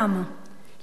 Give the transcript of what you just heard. לעולם,